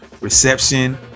reception